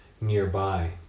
nearby